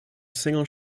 single